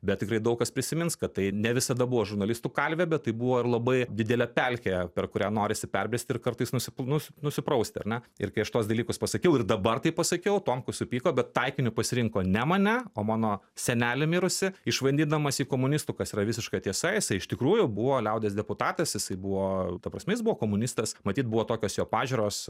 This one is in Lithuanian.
bet tikrai daug kas prisimins kad tai ne visada buvo žurnalistų kalvė bet tai buvo ir labai didelė pelkė per kurią norisi perbrist ir kartais nusi nu nusiprausti ar ne ir kai aš tuos dalykus pasakiau ir dabar tai pasakiau tomkus supyko bet taikiniu pasirinko ne mane o mano senelį mirusį išvadindamas jį komunistu kas yra visiška tiesa jisai iš tikrųjų buvo liaudies deputatas jisai buvo ta prasme jis buvo komunistas matyt buvo tokios jo pažiūros